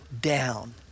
down